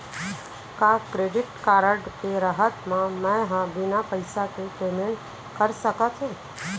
का credit card के रहत म, मैं ह बिना पइसा के पेमेंट कर सकत हो?